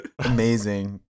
amazing